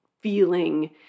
feeling